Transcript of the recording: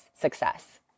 success